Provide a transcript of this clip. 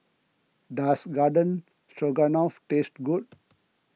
does Garden Stroganoff taste good